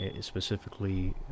specifically